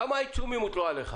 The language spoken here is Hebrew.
כמה עיצומים הוטלו עליך?